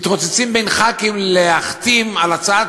מתרוצצים בין חברי כנסת להחתים על הצעת